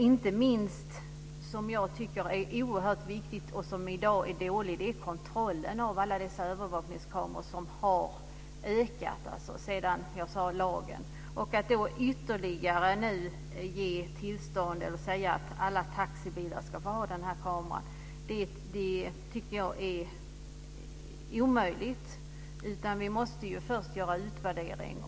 Inte minst viktigt, och detta är det i dag dåligt ställt med, tycker jag att det är med kontroll av alla övervakningskamerorna, som har ökat i antal i och med denna lag. Att alla taxibilar ska få ha en sådan här kamera menar jag är omöjligt. Först måste vi göra en utvärdering.